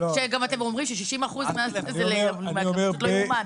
שאתם אומרים ש-60% זה פשוט לא יאומן.